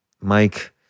Mike